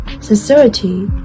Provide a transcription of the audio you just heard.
Sincerity